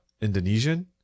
Indonesian